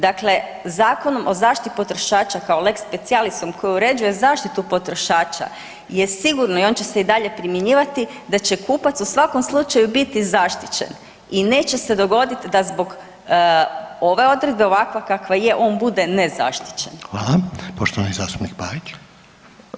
Dakle, Zakonom o zaštiti potrošača kao lex specialisom koji uređuje zaštitu potrošača je sigurno i on će se i dalje primjenjivati da će kupac u svakom slučaju biti zaštićen i neće se dogoditi da zbog ove odredbe, ovakva kakva je, on bude nezaštićen.